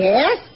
Yes